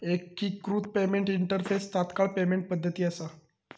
एकिकृत payment interface तात्काळ payment पद्धती असा